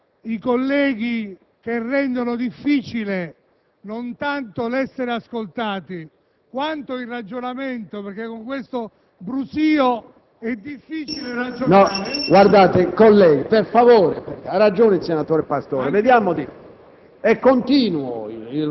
anche se i colleghi rendono difficile non tanto l'essere ascoltati quanto il ragionamento, perché con questo brusìo è difficile ragionare. PRESIDENTE. Colleghi, per favore, ha ragione il senatore Pastore. Il rumore